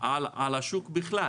על השוק בכלל